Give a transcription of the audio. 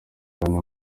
kandi